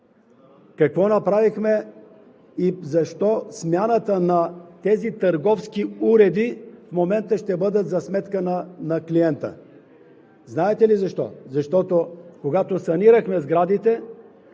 какво направихме и защо смяната на тези търговски уреди в момента ще бъдат за сметка на клиента? Знаете ли защо? Защото, когато санирахме сградите,